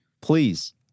please